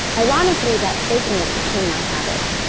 ironically, that faking it became my habit,